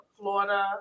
Florida